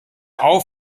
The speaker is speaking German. auf